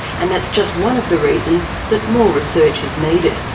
and that's just one of the reasons that more research is needed.